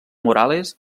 morales